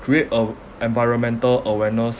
create a environmental awareness